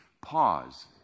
pause